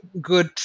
good